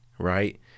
Right